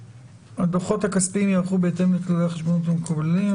(ד)הדוחות הכספיים ייערכו בהתאם לכללי החשבונאות המקובלים.